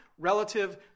relative